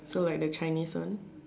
so like the Chinese one